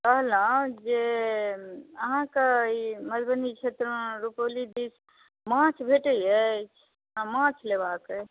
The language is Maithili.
कहलहुँ जे अहाँकेँ ई मधुबनी क्षेत्रमे रूपौली दिश माछ भेटैत अछि हमरा माछ लेबाक अछि